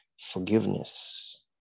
forgiveness